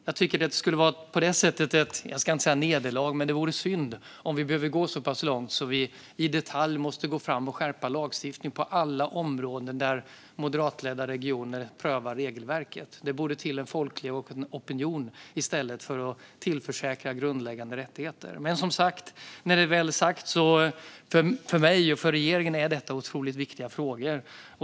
Jag tycker att det vore synd - jag ska inte säga ett nederlag - om vi behöver gå så pass långt att vi i detalj måste skärpa lagstiftningen på alla områden där moderatledda regioner prövar regelverket. Det borde i stället komma till en folklig opinion för att tillförsäkra grundläggande rättigheter. Men, som sagt, för mig och regeringen är detta otroligt viktiga frågor.